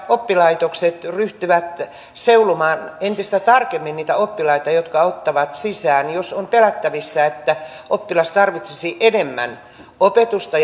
oppilaitokset ryhtyvät seulomaan entistä tarkemmin oppilaita jotka ne ottavat sisään eli jos on pelättävissä että oppilas tarvitsisi enemmän opetusta